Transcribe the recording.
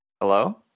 Hello